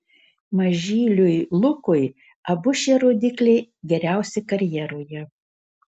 mažyliui lukui abu šie rodikliai geriausi karjeroje